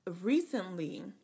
recently